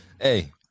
Hey